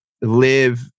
live